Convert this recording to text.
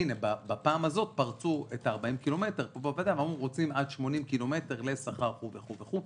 בפעם הזאת פרצו את ה-40 ק"מ ואמרו: אנחנו רוצים עד 80 ק"מ וכולי וכולי.